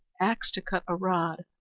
axe to cut a rod,